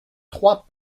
trois